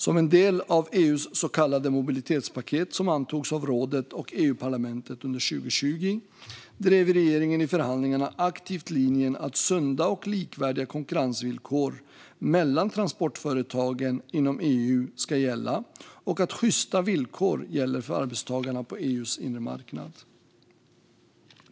Som en del av EU:s så kallade mobilitetspaketet, som antogs av rådet och EU-parlamentet under 2020, drev regeringen i förhandlingarna aktivt linjen att sunda och likvärdiga konkurrensvillkor mellan transportföretagen inom EU ska gälla och att sjysta villkor gäller för arbetstagarna på EU:s inre marknad.